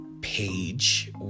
page